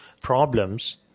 problems